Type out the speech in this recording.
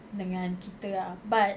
dengan kita ah but